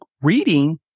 reading